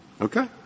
okay